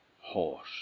horse